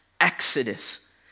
exodus